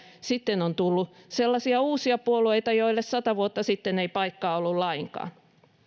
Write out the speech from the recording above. sitten on tullut sellaisia uusia puolueita joille sata vuotta sitten ei paikkaa ollut lainkaan